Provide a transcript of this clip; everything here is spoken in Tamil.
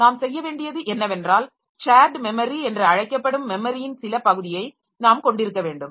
நாம் செய்ய வேண்டியது என்னவென்றால் ஷேர்ட் மெமரி என்று அழைக்கப்படும் மெமரியின் சில பகுதியை நாம் கொண்டிருக்க வேண்டும்